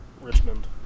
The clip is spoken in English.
Richmond